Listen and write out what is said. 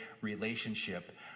relationship